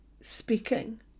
speaking